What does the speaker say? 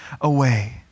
away